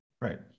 right